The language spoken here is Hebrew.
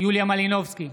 יוליה מלינובסקי,